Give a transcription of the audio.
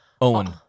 Owen